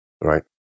right